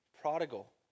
prodigal